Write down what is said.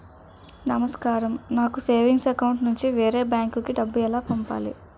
నమస్కారం నాకు savings account నుంచి వేరే బ్యాంక్ కి డబ్బు ఎలా పంపాలి?